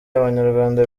abanyarwanda